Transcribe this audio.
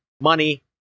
money